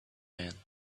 man